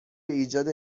ایجاد